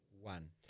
one